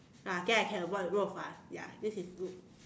ah I think I can work with Rou-Fan ya this is good